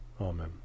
Amen